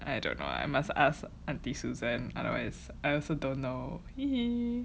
I don't know I must ask auntie susan otherwise I also don't know